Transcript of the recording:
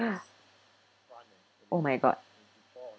!huh! oh my god